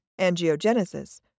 angiogenesis